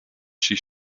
she